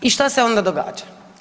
I šta se onda događa?